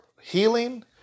healing